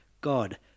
God